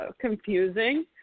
confusing